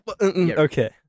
Okay